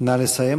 נא לסיים.